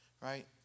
Right